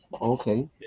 Okay